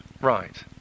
Right